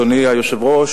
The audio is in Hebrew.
אדוני היושב-ראש,